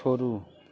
छोड़ू